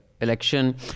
election